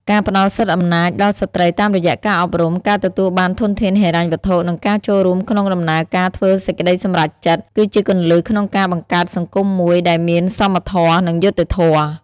ការផ្តល់សិទ្ធិអំណាចដល់ស្ត្រីតាមរយៈការអប់រំ ការទទួលបានធនធានហិរញ្ញវត្ថុ និងការចូលរួមក្នុងដំណើរការធ្វើសេចក្តីសម្រេចចិត្ត គឺជាគន្លឹះក្នុងការបង្កើតសង្គមមួយដែលមានសមធម៌ និងយុត្តិធម៌។